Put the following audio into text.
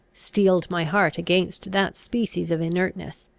steeled my heart against that species of inertness.